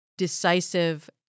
decisive